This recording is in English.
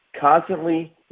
constantly